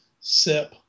sip